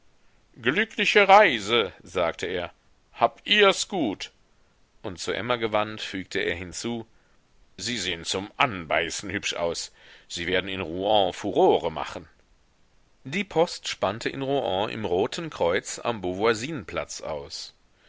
glückliche reise sagte er habt ihrs gut und zu emma gewandt fügte er hinzu sie sehen zum anbeißen hübsch aus sie werden in rouen furore machen die post spannte in rouen im roten kreuz am beauvoisine platz aus